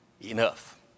enough